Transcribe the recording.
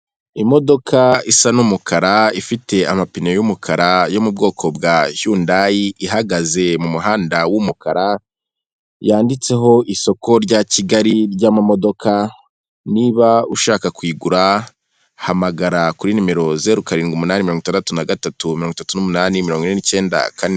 Imodoka isa n'umukara ifite amapine y'umukara yo mu bwoko bwa yundayi ihagaze mu muhanda w'umukara yanditseho isoko rya Kigali ry'amamodoka, niba ushaka kuyigura hamagara kuri nimero zeru karindwi umunani mirongo itandatu na gatatu mirongo itatu n'umunani mirongo icyenda kane.